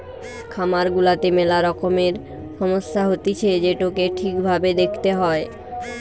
খামার গুলাতে মেলা রকমের সমস্যা হতিছে যেটোকে ঠিক ভাবে দেখতে হয়